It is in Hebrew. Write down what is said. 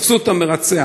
תפסו את המרצח.